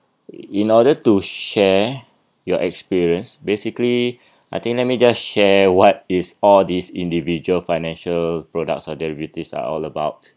in in order to share your experience basically I think let me just share what is all this individual financial products or derivatives are all about